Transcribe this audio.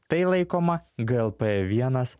tai laikoma glp vienas